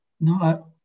No